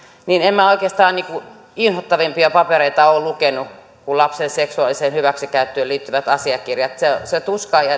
niin en minä oikeastaan inhottavampia papereita ole lukenut kuin lapsen seksuaaliseen hyväksikäyttöön liittyvät asiakirjat sitä tuskaa ja